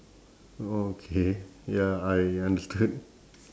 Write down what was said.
okay ya I understood